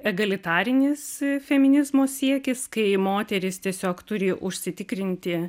egalitarinis feminizmo siekis kai moterys tiesiog turi užsitikrinti